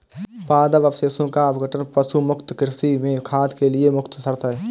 पादप अवशेषों का अपघटन पशु मुक्त कृषि में खाद के लिए मुख्य शर्त है